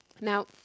Now